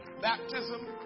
baptism